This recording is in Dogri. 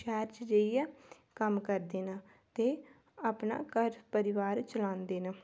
शैह्र च जाइयै कम्म करदे न ते अपना घर परिवार चलांदे न